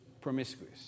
promiscuous